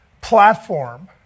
platform